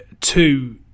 two